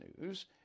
News